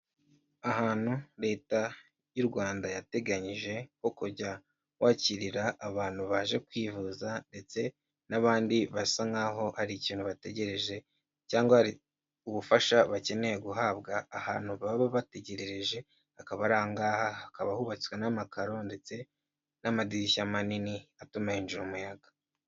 Ahantu leta y'u Rwanda yateganyije ho kujya wakirira abantu baje kwivuza ndetse n'abandi basa nk'a hari ikintu bategereje cyangwa ubufasha bakeneye guhabwa ahantu baba bategereje, akaba ari aha ngaha hakaba hubatswe n'amakaro ndetse n'amadirishya manini atuma hinjira umuyaga.